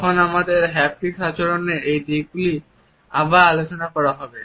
তখন আমাদের হ্যাপটিক আচরণের এই দিকগুলি আবার আলোচনা করা হবে